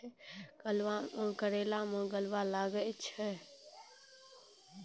करेला मैं गलवा लागे छ?